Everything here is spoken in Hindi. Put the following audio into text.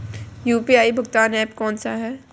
यू.पी.आई भुगतान ऐप कौन सा है?